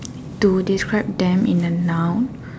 to describe them in a noun